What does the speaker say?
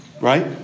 Right